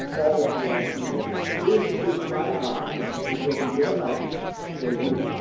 all of you, and eat it this is my body which will be given up for you.